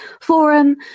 forum